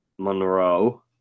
Monroe